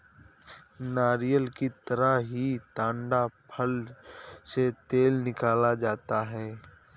नारियल की तरह ही ताङ फल से तेल निकाला जाता है